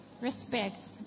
Respect